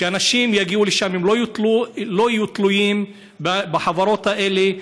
ואנשים שיגיעו לשם לא יהיו תלויים בחברות האלה,